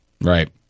Right